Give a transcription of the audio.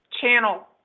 channel